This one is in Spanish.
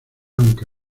aunque